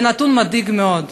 זה נתון מדאיג מאוד.